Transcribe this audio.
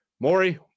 Maury